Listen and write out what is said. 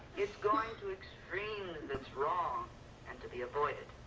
it's going to extremes that's wrong and to be avoided.